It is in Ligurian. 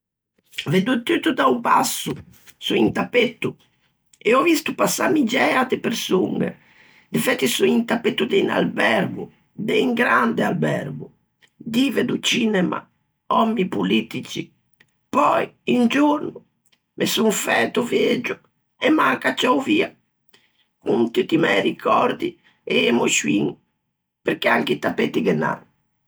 Veddo tutto da-o basso, son un tappetto, e ò visto passâ miggiæa de persoñe, de fæti son o tappetto de un albergo, de un grande albergo: dive do cinema, òmmi politici. Pöi un giorno me son fæto vegio, e m'an cacciou via. Con tutti i mæ ricòrdi e emoscioin, perché anche i tappetti ghe n'an.